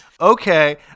Okay